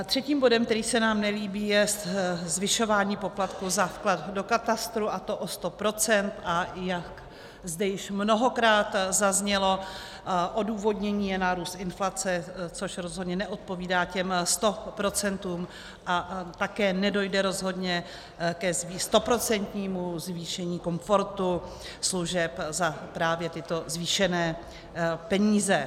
Třetím bodem, který se nám nelíbí, je zvyšování poplatků za vklad do katastru, a to o sto procent, a jak zde již mnohokrát zaznělo, odůvodnění je nárůst inflace, což rozhodně neodpovídá těm sto procentům, a také nedojde rozhodně ke stoprocentnímu zvýšení komfortu služeb za právě tyto zvýšené peníze.